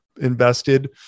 invested